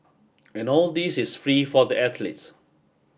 and all this is free for the athletes